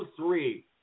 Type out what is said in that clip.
three